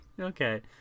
okay